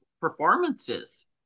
performances